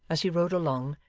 as he rode along,